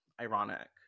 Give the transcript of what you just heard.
ironic